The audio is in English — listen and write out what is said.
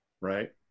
right